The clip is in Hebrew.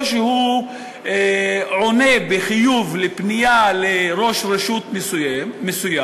או שהוא עונה בחיוב לפנייה של ראש רשות מסוים,